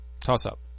Toss-up